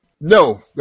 No